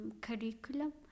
curriculum